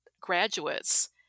graduates